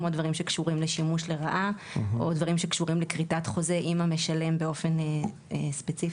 כמו דברים שקשורים לשימוש לרעה או לכריתת חוזה עם המשלם באופן ספציפי.